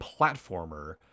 platformer